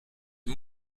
mit